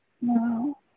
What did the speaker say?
No